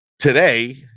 Today